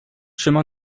chemin